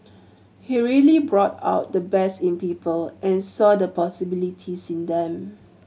he really brought out the best in people and saw the possibilities in them